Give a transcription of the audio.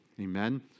Amen